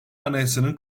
anayasanın